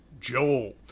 Joel